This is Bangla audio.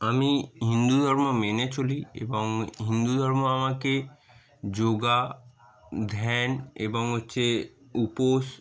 আমি হিন্দু ধর্ম মেনে চলি এবং হিন্দু ধর্ম আমাকে যোগা ধ্যান এবং হচ্ছে উপোস